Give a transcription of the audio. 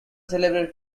celebrate